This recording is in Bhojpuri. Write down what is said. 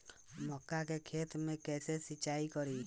मका के खेत मे कैसे सिचाई करी?